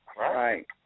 right